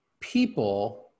people